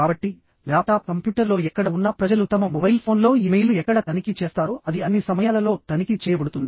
కాబట్టి ల్యాప్టాప్ కంప్యూటర్లో ఎక్కడ ఉన్నా ప్రజలు తమ మొబైల్ ఫోన్లో ఇమెయిల్ను ఎక్కడ తనిఖీ చేస్తారో అది అన్ని సమయాలలో తనిఖీ చేయబడుతుంది